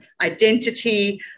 identity